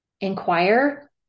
inquire